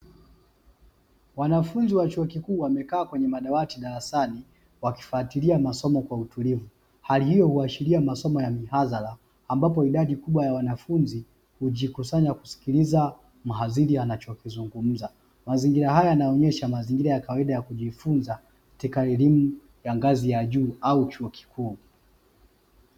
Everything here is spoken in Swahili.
Wanafunzi wa chuo kikuu wamekaa kwenye madawati darasani; wakifuatilia masomo kwa utulivu, hali hiyo huashiria masomo ya mihadhara ambapo idadi kubwa ya wanafunzi hujikusanya kusikiliza mhadhiri anachokizungumza; mazingira haya yanaonyesha mazingira ya kawaida ya kujifunza katika elimu ya ngazi ya juu au chuo kikuu.